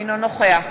אינו נוכח